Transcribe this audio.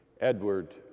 Edward